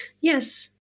yes